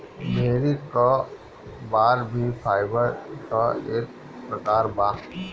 भेड़ी क बार भी फाइबर क एक प्रकार बा